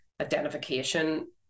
identification